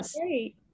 great